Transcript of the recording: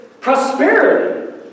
prosperity